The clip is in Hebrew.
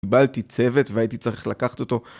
קיבלתי צוות והייתי צריך לקחת אותו